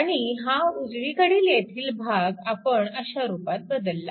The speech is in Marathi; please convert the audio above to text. आणि हा उजवीकडील येथील भाग आपण अशा रूपात बदलला